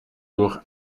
durch